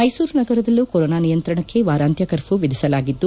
ಮ್ನೆಸೂರು ನಗರದಲ್ಲೂ ಕೊರೋನ ನಿಯಂತ್ರಣಕ್ಕೆ ವಾರಾಂತ್ನ ಕರ್ಪ್ಯೂ ವಿಧಿಸಲಾಗಿದ್ದು